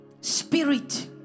spirit